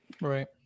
Right